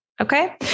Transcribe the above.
Okay